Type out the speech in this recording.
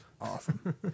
Awesome